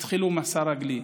התחילו מסע רגלי,